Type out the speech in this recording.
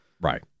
right